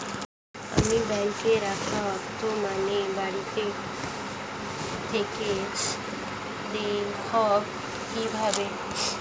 আমি ব্যাঙ্কে রাখা অর্থের পরিমাণ বাড়িতে থেকে দেখব কীভাবে?